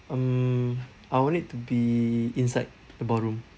um I want it to be inside the ballroom